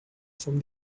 from